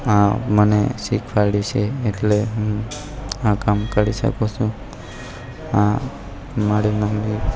આ મને શિખવાડ્યું છે એટલે હું આ કામ કરી શકું છું આ મારી મમ્મી